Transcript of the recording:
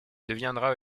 deviendra